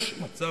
יש מצב,